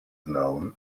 known